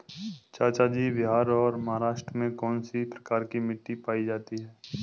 चाचा जी बिहार और महाराष्ट्र में कौन सी प्रकार की मिट्टी पाई जाती है?